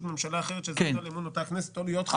ממשלה אחרת שזכתה לאמון אותה כנסת או להיות חברים בה,